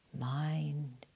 mind